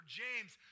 james